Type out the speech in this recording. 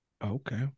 Okay